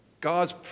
God's